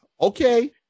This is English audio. Okay